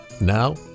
Now